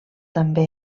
també